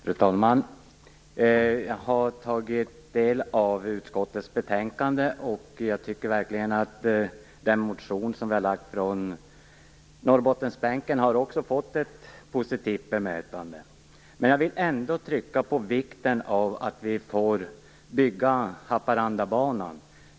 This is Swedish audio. Fru talman! Jag har tagit del av utskottets betänkande. Jag tycker verkligen att den motion som har väckts av representanter från Norrbottensbänken har fått ett positivt bemötande. Men jag vill ändå understryka vikten av att Haparandabanan får byggas.